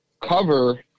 cover